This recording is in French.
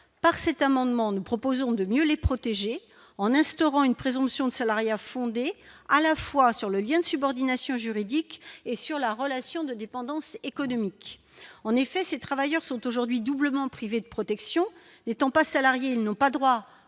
par cette amendement, nous proposons de mieux les protéger en instaurant une présomption de salariat fondée à la fois sur le lien de subordination juridique et sur la relation de dépendance économique, en effet, ces travailleurs sont aujourd'hui doublement privés de protection n'étant pas salarié n'ont pas droit